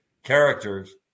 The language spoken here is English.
Characters